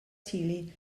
teulu